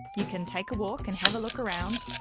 you can take a walk and have a look around.